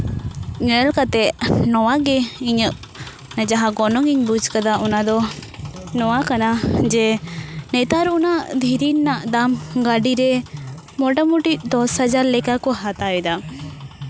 ᱧᱮᱞ ᱠᱟᱛᱮᱜ ᱱᱚᱣᱟᱜᱮ ᱤᱧᱟᱹᱜ ᱡᱟᱦᱟᱸ ᱜᱚᱱᱚᱝ ᱤᱧ ᱵᱩᱡᱽ ᱠᱟᱫᱟ ᱚᱱᱟ ᱫᱚ ᱱᱚᱣᱟ ᱠᱟᱱᱟ ᱡᱮ ᱱᱮᱛᱟᱨ ᱚᱱᱟ ᱫᱷᱤᱨᱤ ᱨᱮᱱᱟᱜ ᱫᱟᱢ ᱜᱟᱹᱰᱤᱨᱮ ᱢᱳᱴᱟᱢᱩᱴᱤ ᱫᱚᱥ ᱦᱟᱡᱟᱨ ᱞᱮᱠᱟ ᱠᱚ ᱦᱟᱛᱟᱣ ᱮᱫᱟ